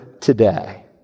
today